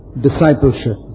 Discipleship